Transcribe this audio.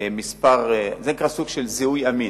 מה שנקרא "זיהוי אמין":